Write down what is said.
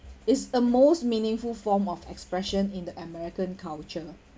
it's a most meaningful form of expression in the american culture